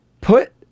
Put